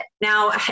Now